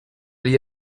the